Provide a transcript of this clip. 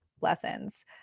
lessons